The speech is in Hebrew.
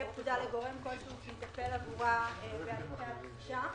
הפקודה להעביר לגורם כלשהו שיטפל עבורה בהליכי הרכישה.